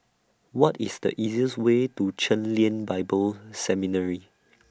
What IS The easiest Way to Chen Lien Bible Seminary